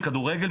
כדורגל,